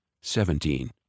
Seventeen